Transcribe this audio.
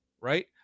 right